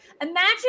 imagine